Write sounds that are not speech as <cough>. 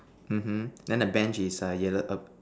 mmhmm then the Bench is err yellow <noise>